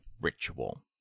ritual